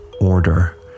Order